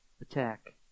attack